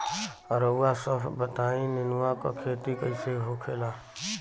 रउआ सभ बताई नेनुआ क खेती कईसे होखेला?